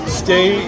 stay